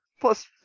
plus